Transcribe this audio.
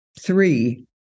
Three